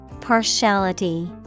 Partiality